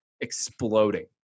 exploding